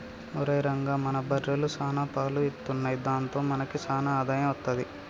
ఒరేయ్ రంగా మన బర్రెలు సాన పాలు ఇత్తున్నయ్ దాంతో మనకి సాన ఆదాయం అత్తది